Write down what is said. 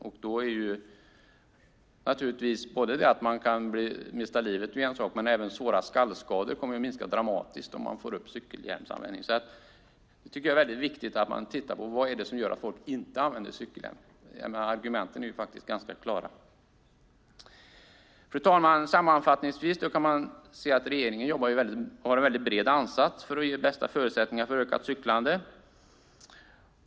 Om man kan öka användningen av cykelhjälm kommer antalet dödsolyckor att minska, men även antalet svåra skallskador kommer att minska dramatiskt. Därför tycker jag att det är viktigt att man tittar på vad det är som gör att folk inte använder cykelhjälm. Argumenten är faktiskt ganska klara. Fru talman! Sammanfattningsvis kan man se att regeringen har en bred ansats för att ge de bästa förutsättningarna för ökat cyklande.